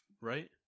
Right